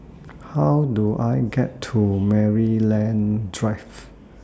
How Do I get to Maryland Drive